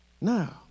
Now